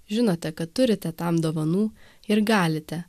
žinote kad turite tam dovanų ir galite